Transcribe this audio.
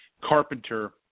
Carpenter